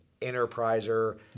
enterpriser